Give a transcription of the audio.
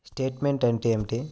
Statement అంటే ఏమిటి?